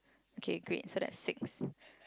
okay great so there are six